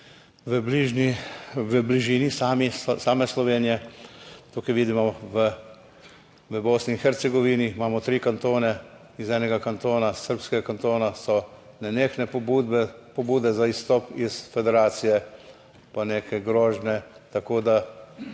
v bližini Slovenije. Kot vidimo, v Bosni in Hercegovini imamo tri kantone. Iz enega kantona, srbskega kantona, so nenehne pobude za izstop iz federacije, pa neke grožnje, tako je